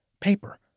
Paper